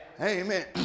Amen